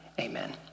Amen